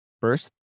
first